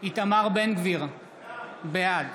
איתמר בן גביר, בעד